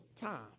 time